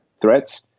threats